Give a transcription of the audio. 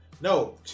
no